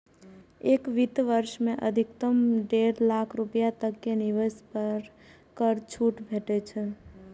एक वित्त वर्ष मे अधिकतम डेढ़ लाख रुपैया तक के निवेश पर कर छूट भेटै छै